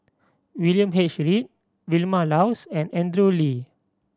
William H Read Vilma Laus and Andrew Lee